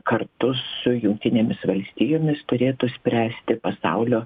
kartu su jungtinėmis valstijomis turėtų spręsti pasaulio